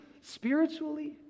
Spiritually